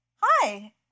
Hi